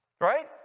right